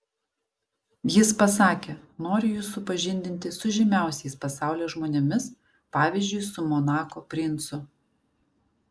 jis pasakė noriu jus supažindinti su žymiausiais pasaulio žmonėmis pavyzdžiui su monako princu